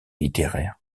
littéraires